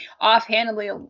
offhandedly